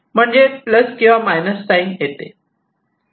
म्हणजे प्लस किंवा minus sign येते